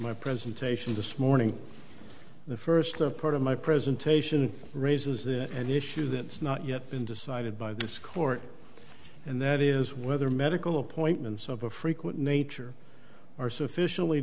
my presentation this morning the first part of my presentation raises it an issue that's not yet been decided by this court and that is whether medical appointments of a frequent nature are sufficiently